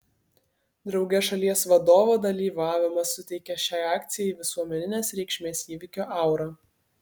drauge šalies vadovo dalyvavimas suteikia šiai akcijai visuomeninės reikšmės įvykio aurą